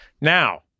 Now